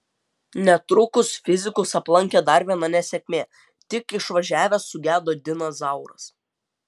netrukus fizikus aplankė dar viena nesėkmė tik išvažiavęs sugedo dinas zauras